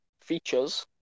features